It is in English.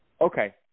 okay